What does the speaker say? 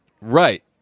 Right